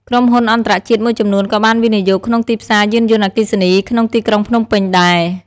ក្រុមហ៊ុនអន្ដរជាតិមួយចំនួនក៏បានវិនិយោគក្នុងទីផ្សារយានយន្តអគ្គីសនី ក្នុងទីក្រុងភ្នំពេញដែរ។